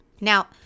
Now